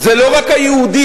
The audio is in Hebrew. זה לא רק היהודים,